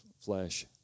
flesh